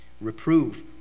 Reprove